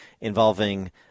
involving